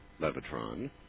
Levitron